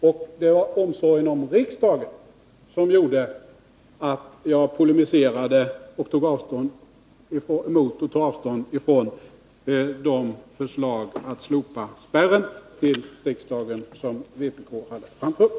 Och det var omsorgen om riksdagen som gjorde att jag polemiserade mot och tog avstånd från de förslag om att slopa spärren till riksdagen som vpk hade framfört.